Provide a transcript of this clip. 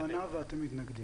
יש כזאת כוונה, ואתם מתנגדים.